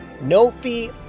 no-fee